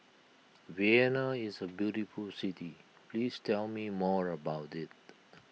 Vienna is a beautiful city please tell me more about it